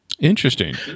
Interesting